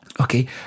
Okay